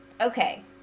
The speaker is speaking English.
Okay